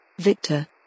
Victor